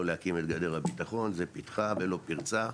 להקים את גדר הביטחון זה פתחה ולא פרצה.